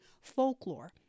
Folklore